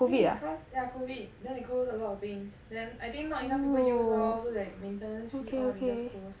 think it's cause yeah COVID then they close a lot of things then I think not enough people use lor so like maintenance fee all they just close